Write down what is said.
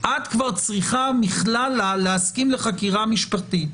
את צריכה להסכים לחקירה משטרתית.